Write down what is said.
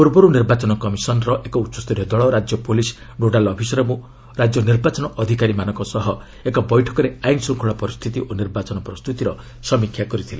ପୂର୍ବରୁ ନିର୍ବାଚନ କମିଶନ୍ ର ଏକ ଉଚ୍ଚସ୍ତରୀୟ ଦଳ ରାଜ୍ୟ ପ୍ରଲିସ୍ ନୋଡାଲ୍ ଅଫିସର୍ ଓ ରାଜ୍ୟ ନିର୍ବାଚନ ଅଧିକାରୀମାନଙ୍କ ସହ ଏକ ବୈଠକରେ ଆଇନ୍ ଶୃଙ୍ଖଳା ପରିସ୍ଥିତି ଓ ନିର୍ବାଚନ ପ୍ରସ୍ତୁତିର ସମୀକ୍ଷା କରିଥିଲେ